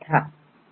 छात्र EMBOSS